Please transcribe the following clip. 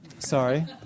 Sorry